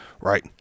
Right